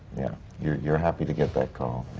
yeah you're you're happy to get that call.